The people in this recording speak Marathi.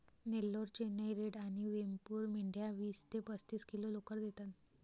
नेल्लोर, चेन्नई रेड आणि वेमपूर मेंढ्या वीस ते पस्तीस किलो लोकर देतात